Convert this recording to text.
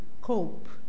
cope